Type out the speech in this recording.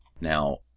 Now